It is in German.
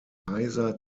kaiser